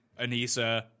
Anissa